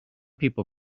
people